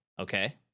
Okay